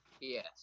Yes